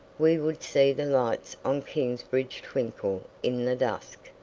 we would see the lights on kingsbridge twinkle in the dusk,